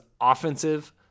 offensive